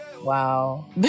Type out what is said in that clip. wow